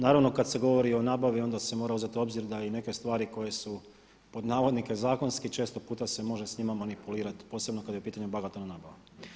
Naravno kad se govori o nabavi onda se mora uzeti u obzir da i neke stvari koje su „zakonski“ često puta se može s njima manipulirati posebno kad je u pitanju bagatelna nabava.